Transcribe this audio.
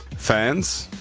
fans,